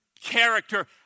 Character